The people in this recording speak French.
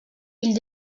ils